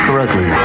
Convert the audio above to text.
Correctly